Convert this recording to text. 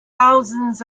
thousands